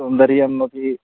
सौन्दर्यम् अपि